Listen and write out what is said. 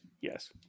yes